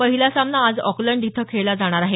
पहिला सामना आज ऑकलंड इथं खेळला जाणार आहे